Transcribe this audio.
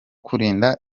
kurinda